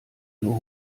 nur